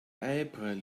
april